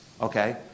okay